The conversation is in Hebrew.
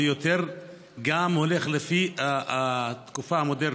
וגם הולך יותר לפי התקופה המודרנית.